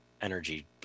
energy